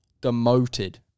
demoted